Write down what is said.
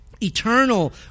eternal